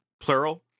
Plural